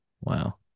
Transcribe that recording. Wow